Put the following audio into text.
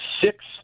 six